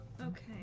Okay